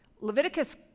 leviticus